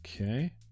okay